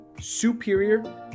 superior